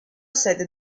sede